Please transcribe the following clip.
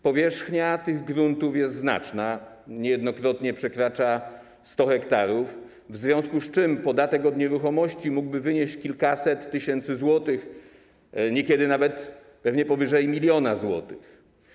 Powierzchnia tych gruntów jest znaczna, niejednokrotnie przekracza 100 ha, w związku z czym podatek od nieruchomości mógłby wynieść kilkaset tysięcy złotych, niekiedy nawet powyżej 1 mln zł.